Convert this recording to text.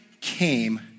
came